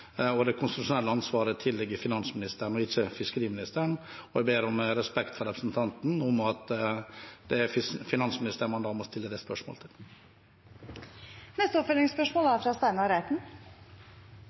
og det konstitusjonelle ansvaret tilligger finansministeren og ikke fiskeriministeren. Jeg ber om respekt fra representanten for at det er finansministeren man da må stille det spørsmålet til. Steinar Reiten – til oppfølgingsspørsmål.